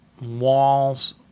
walls